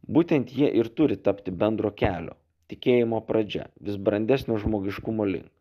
būtent jie ir turi tapti bendro kelio tikėjimo pradžia vis brandesnio žmogiškumo link